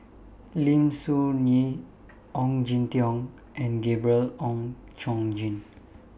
Lim Soo Ngee Ong Jin Teong and Gabriel Oon Chong Jin